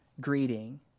greeting